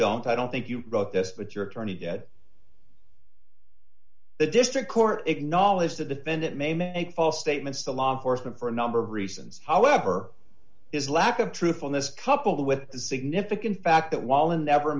don't i don't think you wrote this but your attorney did the district court acknowledged that the bend it may make false statements to law enforcement for a number of reasons however his lack of truthfulness coupled with the significant fact that while in never